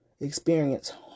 experience